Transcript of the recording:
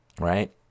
right